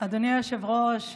אדוני היושב-ראש,